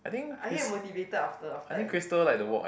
I get motivated after after I after I walk